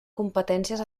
competències